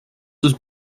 was